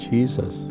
Jesus